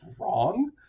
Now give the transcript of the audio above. wrong